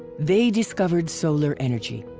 they discovered solar energy.